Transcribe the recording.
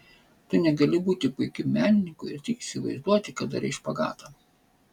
tu negali būti puikiu menininku ir tik įsivaizduoti kad darai špagatą